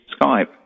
Skype